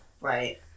Right